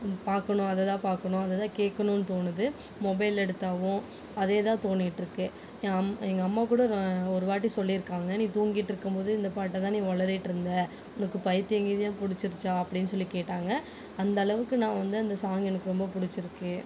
பார்க்கணும் அதை தான் பார்க்கணும் அதை தான் கேட்கணும்னு தோணுது மொபைலை எடுத்தாவும் அதே தான் தோணிகிட்டுருக்கு எங் அம் எங்கள் அம்மா கூட நான் ஒரு வாட்டி சொல்லியிருக்காங்க நீ தூங்கிட்டுருக்கும் போது இந்த பாட்டை தான் நீ உளறிட்டுருந்த உனக்கு பைத்தியம் கிய்த்தியம் பிடிச்சிருச்சா அப்படின்னு சொல்லி கேட்டாங்கள் அந்தளவுக்கு நான் வந்து அந்த சாங் எனக்கு ரொம்ப பிடிச்சிருக்கு